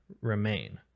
remain